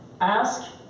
ask